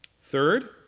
Third